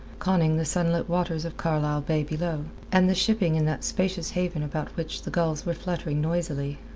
conning the sunlit waters of carlisle bay below, and the shipping in that spacious haven about which the gulls were fluttering noisily.